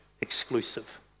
exclusive